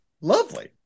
lovely